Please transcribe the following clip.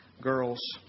girls